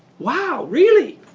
wow, really?